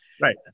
Right